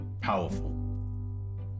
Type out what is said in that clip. Powerful